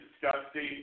disgusting